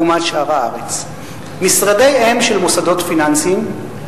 לעומת שאר הארץ: משרדיהם של מוסדות פיננסיים,